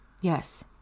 Yes